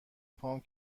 پایم